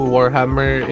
Warhammer